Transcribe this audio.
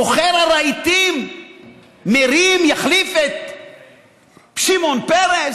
מוכר הרהיטים מ"רים" יחליף את שמעון פרס?